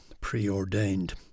preordained